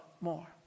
more